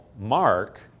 Mark